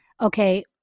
okay